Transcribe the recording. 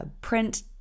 print